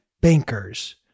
bankers